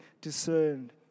discerned